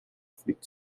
fruits